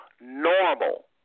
normal